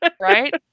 right